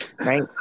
Right